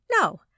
no